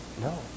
No